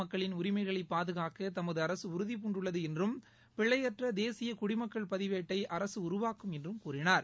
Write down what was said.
மக்களின் அஸாம் அரசு உறுதிபூண்டுள்ளது என்றும் பிழையற்ற தேசிய குடிமக்கள் பதிவேட்டை அரசு உருவாக்கும் என்றும் கூறினார்